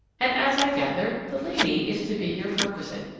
and, as i gather, the lady is to be your perquisite.